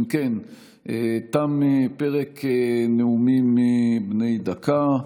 אם כן, תם פרק נאומים בני דקה.